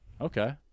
Okay